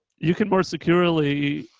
you can more securely,